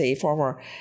former